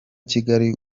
kigali